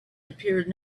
appeared